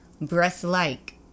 breast-like